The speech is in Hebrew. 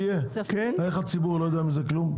איך הציבור לא יודע מזה כלום?